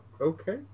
Okay